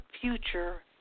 future